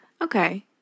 Okay